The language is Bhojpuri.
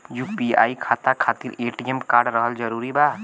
यू.पी.आई खाता खातिर ए.टी.एम कार्ड रहल जरूरी बा?